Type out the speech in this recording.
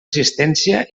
assistència